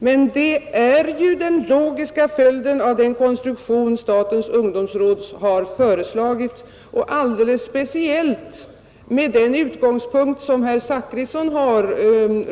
Men det är ju den logiska följden av den konstruktion statens ungdomsråd har föreslagit, och alldeles speciellt med den utgångspunkt som herr Zachrisson har.